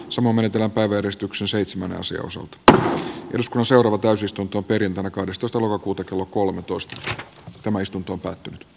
sanomme eteläpää vedostuksen seitsemän ensi osuutta josko seuraava täysistunto perjantaina kahdestoista lokakuuta tässä kai on tämä tarkoitus